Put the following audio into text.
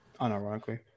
Unironically